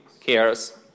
cares